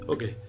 Okay